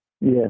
Yes